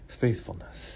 faithfulness